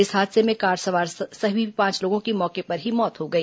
इस हादसे में कार सवार सभी पांच लोगों की मौके पर ही मौत हो गई